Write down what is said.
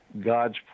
God's